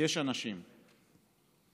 יש אנשים ומשפחות.